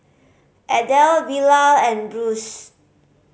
Adel Bilal and Bruce